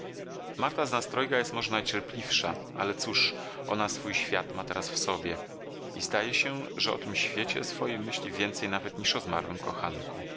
nas trojga jest może najcierpliwsza ale cóż ona swój świat ma teraz w sobie i zdaje się że o tym świecie swoim myśli więcej nawet niż o zmarłym kochanku